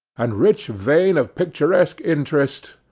and rich vein of picturesque interest,